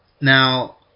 Now